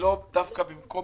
ולאו דווקא במקום